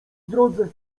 drodze